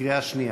בקריאה שנייה.